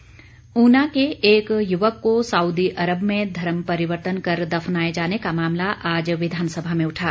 point of order Una के एक युवक को सउदी अरब में धर्मपरिवर्तन कर दफनाए जाने का मामला आज विधानसभा में उठा